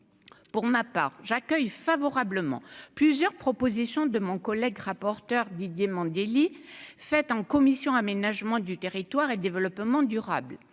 pour ma part j'accueille favorablement plusieurs propositions de mon collègue rapporteur Didier Mandelli faites en commission aménagement du territoire et le développement durable,